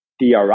dri